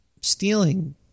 stealing